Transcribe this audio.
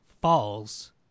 falls